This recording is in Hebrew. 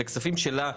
מכספים שלה,